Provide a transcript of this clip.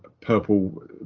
purple